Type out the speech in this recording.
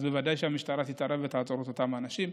אז בוודאי שהמשטרה תתערב ותעצור את אותם אנשים.